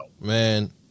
man